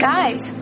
Guys